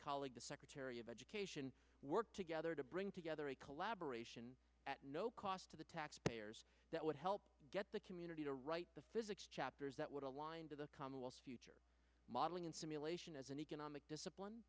colleague the secretary of education work together to bring together a collaboration at no cost to the taxpayers that would help get the community to write the physics chapters that would align to the commonwealth's future modeling and simulation as an economic discipline